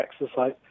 exercise